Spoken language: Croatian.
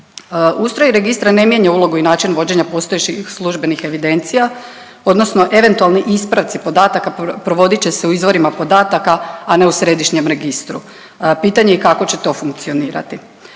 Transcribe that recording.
Ustroj registra ne mijenja ulogu i način vođenja postojećih službenih evidencija odnosno eventualni ispravci podataka provodit će se u izvorima podataka, a ne u središnjem registru. Pitanje je kako će to funkcionirati?